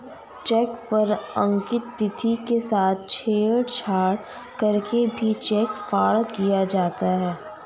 check पर अंकित तिथि के साथ छेड़छाड़ करके भी चेक फ्रॉड किया जाता है